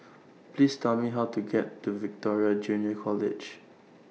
Please Tell Me How to get to Victoria Junior College